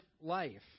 life